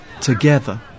together